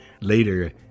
Later